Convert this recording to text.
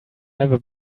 never